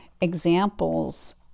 Examples